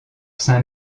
saint